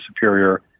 superior